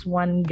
one